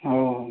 ହଉ ହଉ